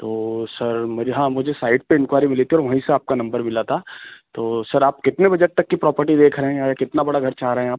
तो सर मुझे हाँ मुझे साइट पर इंक्वारी मिली थी और वहीं से आपका नंबर मिला था तो सर आप कितने बजट तक की प्रॉपर्टी देख रहे हैं अरे कितना बड़ा घर चाह रहे हैं आप